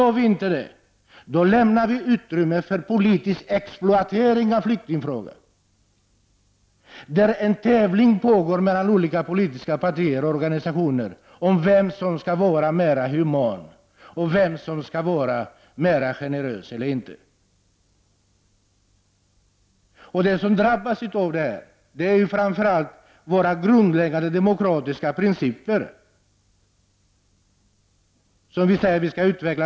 Om vi inte gör det, lämnar vi utrymme för politisk exploatering av flyktingfrågan, där det pågår en tävling mellan olika politiska partier och organisationer om vem som är mest human och generös. Vi skall bygga vårt samhälle på grundläggande demokratiska principer.